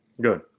Good